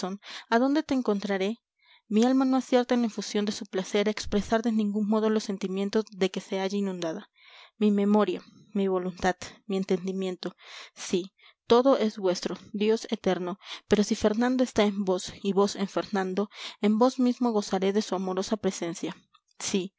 a dónde te encontraré mi alma no acierta en la efusión de su placer a expresar de ningún modo los sentimientos de que se halla inundada mi memoria mi voluntad mi entendimiento sí todo es vuestro dios eterno pero si fernando está en vos y vos en fernando en vos mismo gozaré de su amorosa presencia sí